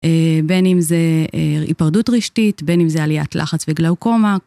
בין אם זה היפרדות רשתית, בין אם זה עליית לחץ בגלאוקומה.